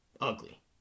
ugly